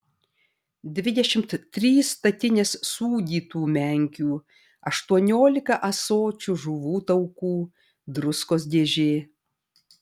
dvidešimt trys statinės sūdytų menkių aštuoniolika ąsočių žuvų taukų druskos dėžė